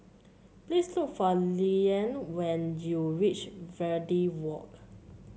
please look for Lilyan when you reach Verde Walk